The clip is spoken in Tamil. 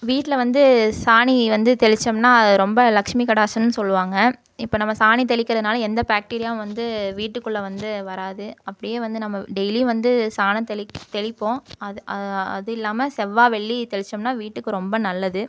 வீட்டில் வந்து சாணி வந்து தெளிச்சோம்னா ரொம்ப லக்ஷ்மி கடாச்சம்னு சொல்வாங்க இப்போ நம்ம சாணி தெளிக்கிறதுனால எந்த பாக்டீரியா வந்து வீட்டுக்குள்ளே வந்து வராது அப்டியே வந்து நம்ம டெய்லியும் வந்து சாணம் தெளி தெளிப்போம் அது அது இல்லாமல் செவ்வாய் வெள்ளி தெளிச்சோம்னா வீட்டுக்கு ரொம்ப நல்லது